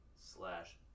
slash